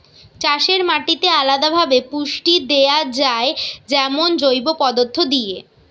চাষের মাটিতে আলদা ভাবে পুষ্টি দেয়া যায় যেমন জৈব পদার্থ দিয়ে